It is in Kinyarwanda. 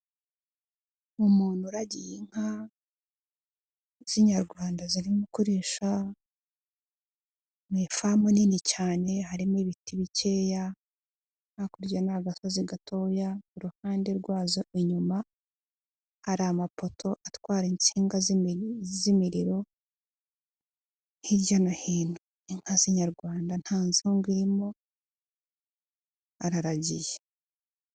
Umuntu uragiye inka z'inyarwanda zirimo kuri mu ifamu nini cyane harimo ibiti bikeya, hakurya ni agasozi gatoya ku ruhande rwazo inyuma hari amapoto atwara insinga z'imiriro hirya no hino inka z'inyarwanda nta nzungu irimo araragiye.